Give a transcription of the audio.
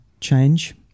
change